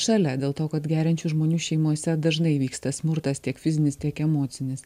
šalia dėl to kad geriančių žmonių šeimose dažnai įvyksta smurtas tiek fizinis tiek emocinis